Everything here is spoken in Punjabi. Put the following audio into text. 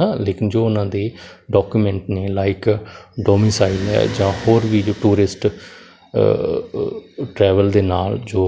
ਹਾਂ ਲੇਕਿਨ ਜੋ ਉਹਨਾਂ ਦੇ ਡਾਕੂਮੈਂਟ ਨੇ ਲਾਈਕ ਡੋਮੀਸਾਈਲ ਹੈ ਜਾਂ ਹੋਰ ਵੀ ਜੋ ਟੂਰਿਸਟ ਟਰੈਵਲ ਦੇ ਨਾਲ ਜੋ